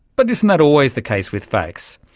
but isn't that always the case with facts?